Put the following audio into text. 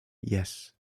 yes